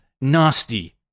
nasty